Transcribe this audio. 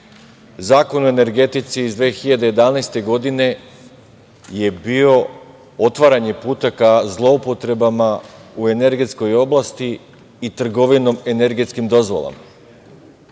Zakon o energetici iz 2011. godine je bio otvaranje puta ka zloupotrebama u energetskoj oblasti i trgovinom energetskim dozvolama.